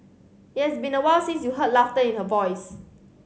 it has been awhile since you heard laughter in her voice